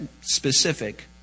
specific